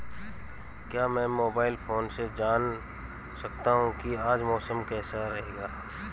क्या मैं mobile phone से जान सकता हूँ कि आज मौसम कैसा रहेगा?